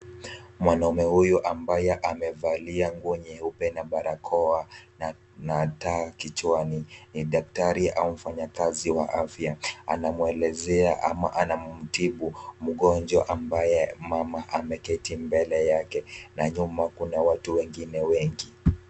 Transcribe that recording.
Mwanaume huyu ambaye amevalia nguo nyeupe na barakoa na taa kichwani ni daktari au mfanyakazi wa afya. Anamwelezea ama anamtibu mgonjwa ambaye mama ameketi mbele yake na nyuma kuna watu wengine wengi.